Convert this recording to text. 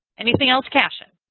anything else, cashin?